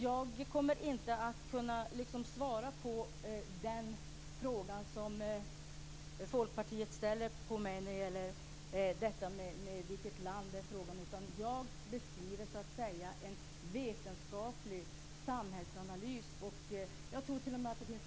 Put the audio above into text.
Jag kommer inte att kunna svara på den fråga som Folkpartiet ställer till mig om vilket land det är frågan om. Jag beskriver en vetenskaplig samhällsanalys. Jag tror t.o.m. att det finns folkpartister som använder sig av den.